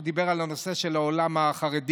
הוא דיבר על הנושא של העולם החרדי.